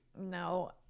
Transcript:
No